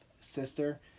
Sister